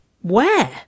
Where